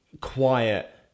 quiet